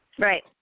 Right